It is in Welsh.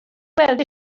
weld